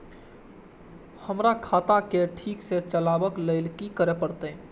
हमरा खाता क ठीक स चलबाक लेल की करे परतै